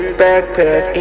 backpack